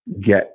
get